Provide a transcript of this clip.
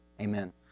Amen